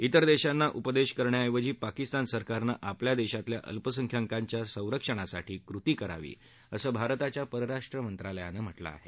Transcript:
त्विर देशांना उपदेश करण्याऐवजी पाकिस्तान सरकारनं आपल्या देशातल्या अल्पसंख्याकांच्या संरक्षणासाठी कृती करावी असं भारताच्या परराष्ट्र मंत्रालयानं म्हटलं आहे